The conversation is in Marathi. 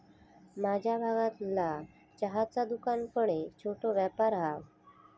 माझ्या भागतला चहाचा दुकान पण एक छोटो व्यापार हा